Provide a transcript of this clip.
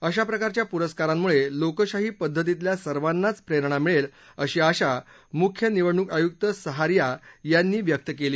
अशा प्रकारच्या पुरस्कारांमुळे लोकशाही पद्धतीतल्या सर्वानाच प्रेरणा मिळेल अशी आशा मुख्य निवडणूक आयुक्त सहारिया यांनी व्यक्त केली